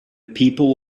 people